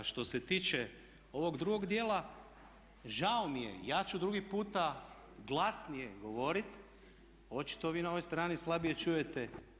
A što se tiče ovog drugog djela žao mi je, ja ću drugi puta glasnije govorit, očito vi na ovoj strani slabije čujete.